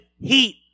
heat